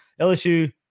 LSU